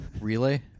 Relay